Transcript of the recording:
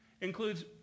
Includes